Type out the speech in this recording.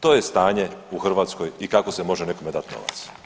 To je stanje u Hrvatskoj i kako se može nekome dati novac.